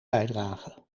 bijdrage